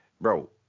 Bro